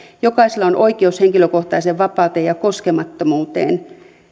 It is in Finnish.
jokaisella on oikeus henkilökohtaiseen vapauteen ja koskemattomuuteen